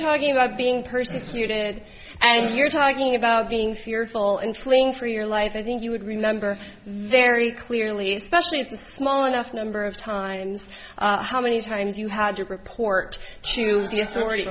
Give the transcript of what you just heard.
talking about being persecuted and you're talking about being fearful and fleeing for your life i think you would remember very clearly especially it's small enough number of times how many times you had to report to the authorit